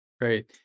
Great